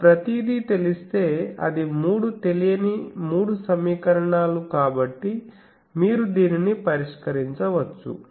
నాకు ప్రతిదీ తెలిస్తే అది మూడు తెలియని మూడు సమీకరణాలు కాబట్టి మీరు దీనిని పరిష్కరించవచ్చు